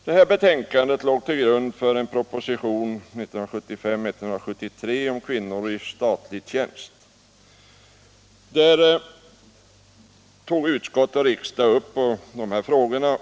Då kan man, herr talman, fråga sig vad som har hänt efter detta.